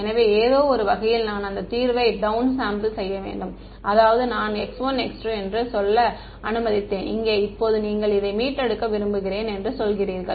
எனவே ஏதோவொரு வகையில் நான் அந்த தீர்வை டௌன் சாம்பிள் வேண்டும் அதாவது நான் x1 x2 என்று சொல்ல அனுமதித்தேன் இங்கே இப்போது நீங்கள் இதை மீட்டெடுக்க விரும்புகிறேன் என்று சொல்கிறீர்கள்